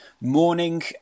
morning